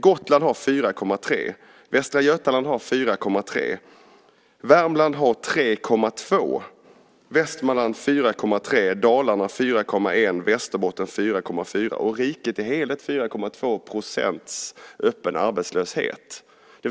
Gotland har 4,3 %, Västra Götaland 4,3 %, Värmland 3,2 %, Västmanland 4,3 %, Dalarna 4,1 %, Västerbotten 4,4 % och riket som helhet 4,2 % öppen arbetslöshet.